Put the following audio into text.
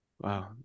Wow